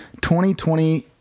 2020